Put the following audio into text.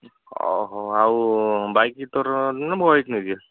ଆଉ ବାଇକ୍ ତୋର ମୋ ବାଇକ୍ ନେବି